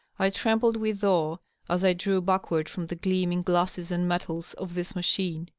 i trembled with awe as i drew backward from the gleaming glasses and metals of this machine.